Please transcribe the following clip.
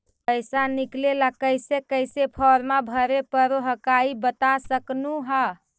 पैसा निकले ला कैसे कैसे फॉर्मा भरे परो हकाई बता सकनुह?